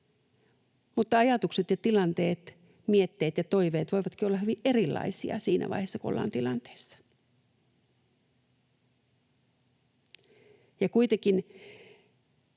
Mutta ajatukset ja tilanteet, mietteet ja toiveet voivatkin olla hyvin erilaisia siinä vaiheessa, kun ollaan tilanteessa. Ja kuitenkin